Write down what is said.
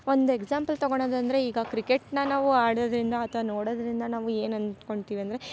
ಒಂದು ಎಕ್ಸಾಂಪಲ್ ತಗೊಳೋದು ಅಂದರೆ ಈಗ ಕ್ರಿಕೆಟ್ನ್ನ ನಾವು ಆಡೋದರಿಂದ ಅಥ್ವ ನೊಡೋದರಿಂದ ನಾವು ಏನು ಅನ್ಕೊಳ್ತೀವಿ ಅಂದರೆ